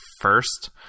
first